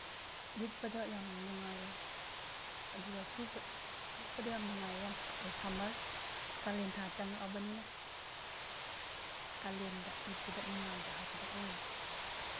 ꯂꯤꯠꯄꯗ ꯌꯥꯝ ꯅꯨꯡꯉꯥꯏꯌꯦ ꯑꯗꯨꯒ ꯂꯤꯠꯄꯗ ꯌꯥꯝ ꯅꯨꯡꯉꯥꯏꯌꯦ ꯌꯥꯝ ꯁꯃꯔ ꯀꯥꯂꯦꯟ ꯊꯥ ꯆꯪꯉꯛꯑꯕꯅꯤꯅ ꯀꯥꯂꯦꯟꯗ ꯂꯤꯠꯄꯗ ꯅꯨꯡꯉꯥꯏꯕ ꯍꯥꯏꯕꯗꯨ ꯑꯣꯏ